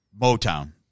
Motown